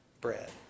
bread